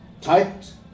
Typed